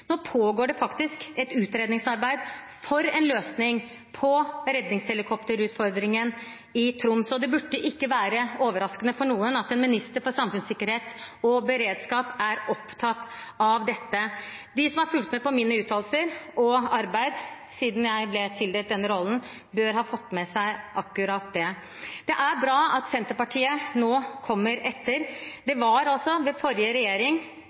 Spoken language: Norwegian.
Nå pågår det et utredningsarbeid for en løsning på redningshelikopterutfordringen i Troms. Det burde ikke være overraskende for noen at en minister for samfunnssikkerhet og beredskap er opptatt av dette. De som har fulgt med på mine uttalelser og mitt arbeid siden jeg ble tildelt denne rollen, bør ha fått med seg akkurat det. Det er bra at Senterpartiet nå kommer etter. Det var den forrige